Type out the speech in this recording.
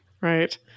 Right